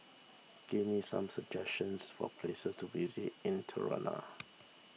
give me some suggestions for places to visit in Tirana